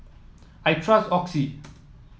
I trust Oxy